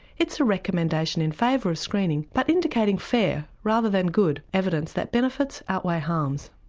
it's a recommendation in favour of screening, but indicating fair, rather than good evidence that benefits outweigh harms.